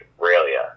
Australia